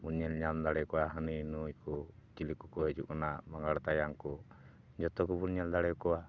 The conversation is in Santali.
ᱵᱚᱱ ᱧᱮᱞᱧᱟᱢ ᱫᱟᱲᱮᱭᱟᱠᱚᱣᱟ ᱦᱟᱹᱱᱤ ᱱᱩᱭ ᱠᱚ ᱪᱤᱞᱤ ᱠᱚᱠᱚ ᱦᱤᱡᱩᱜ ᱠᱟᱱᱟ ᱢᱟᱸᱜᱟᱲ ᱛᱟᱭᱟᱱ ᱠᱚ ᱡᱚᱛᱚ ᱠᱚᱵᱚᱱ ᱧᱮᱞ ᱫᱟᱲᱮᱭᱟ ᱠᱚᱣᱟ